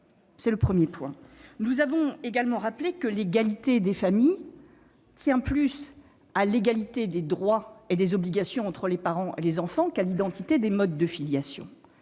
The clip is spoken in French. Deuxièmement, nous avons rappelé que l'égalité des familles tient plus à l'égalité des droits et des obligations entre les parents et les enfants qu'à l'identité des modes de filiation.